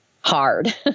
hard